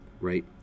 right